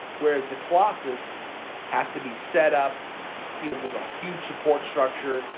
whereas the colossus has to be set up yeah with a huge support structure,